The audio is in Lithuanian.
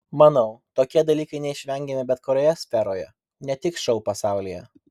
manau tokie dalykai neišvengiami bet kokioje sferoje ne tik šou pasaulyje